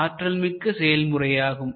இது ஆற்றல்மிக்க செயல்முறையாகும்